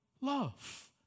love